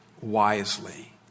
wisely